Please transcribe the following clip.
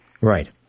Right